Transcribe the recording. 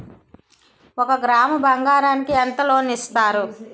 ఒక గ్రాము బంగారం కి ఎంత లోన్ ఇస్తారు?